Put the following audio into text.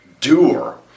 doer